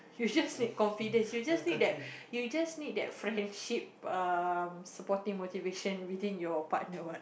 you just need confident you just need that you just need that friendship supporting motivation within your partner what